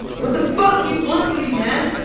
what the fuck do you want from me, man?